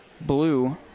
Blue